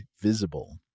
Visible